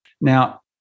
Now